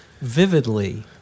vividly